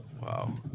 Wow